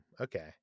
Okay